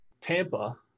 Tampa